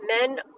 men